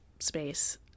space